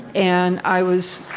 and i was,